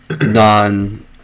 non